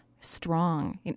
strong